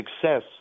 success